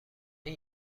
این